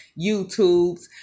YouTubes